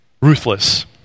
ruthless